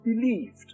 believed